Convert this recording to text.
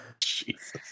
Jesus